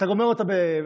אתה גומע אותה.